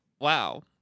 Wow